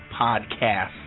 podcast